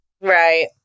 right